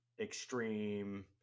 extreme